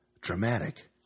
Dramatic